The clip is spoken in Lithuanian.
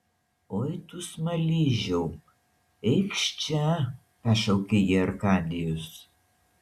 oi tu smaližiau eikš čia pašaukė jį arkadijus